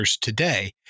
today